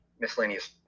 miscellaneous